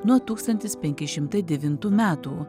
nuo tūkstantis penki šimtai devintų metų